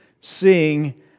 seeing